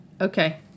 Okay